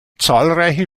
zahlreiche